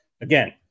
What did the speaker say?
again